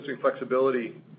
flexibility